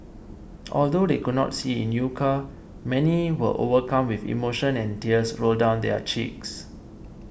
although they could not see Inuka many were overcome with emotion and tears rolled down their cheeks